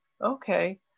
okay